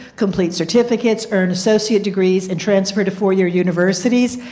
complete certificates, earn associate degrees, and transfer to four-year universities.